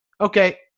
okay